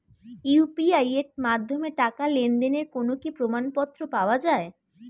UPI এর মাধ্যমে টাকা লেনদেনের কোন কি প্রমাণপত্র পাওয়া য়ায়?